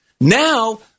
Now